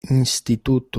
instituto